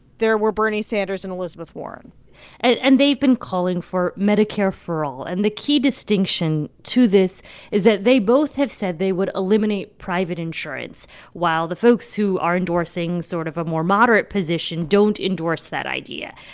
there were bernie sanders and elizabeth warren and and they've been calling for medicare for all. and the key distinction to this is that they both have said they would eliminate private insurance while the folks who are endorsing sort of a more moderate position don't endorse that idea.